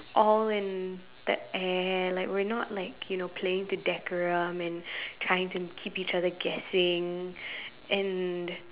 all in the air like we're not like you know playing with the decorum and trying to keep each other guessing and